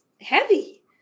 heavy